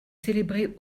célébré